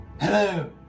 Hello